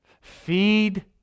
Feed